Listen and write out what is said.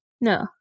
no